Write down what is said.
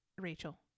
Rachel